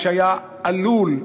שהיה עלול,